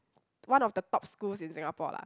one of the top schools in Singapore lah